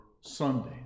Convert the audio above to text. Sunday